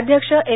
अध्यक्ष एम